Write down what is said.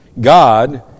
God